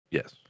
Yes